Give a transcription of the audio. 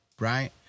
right